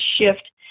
shift